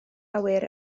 awyr